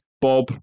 Bob